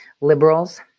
liberals